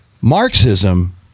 Marxism